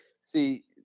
See